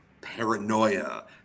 paranoia